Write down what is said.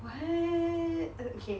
what uh okay